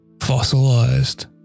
fossilized